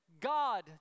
God